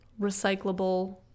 recyclable